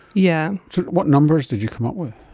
yeah so what numbers did you come up with?